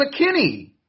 McKinney